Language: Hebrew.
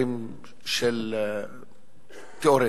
תיאורטיים,